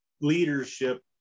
leadership